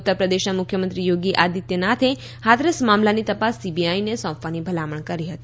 ઉત્તર પ્રદેશના મુખ્યમંત્રી યોગી આદિત્યનાથ હાથરસ મામલાની તપાસ સીબીઆઈને સોંપવાની ભલામણ કરી હતી